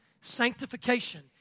Sanctification